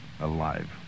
Alive